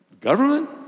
government